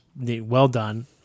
well-done